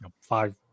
five